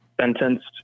sentenced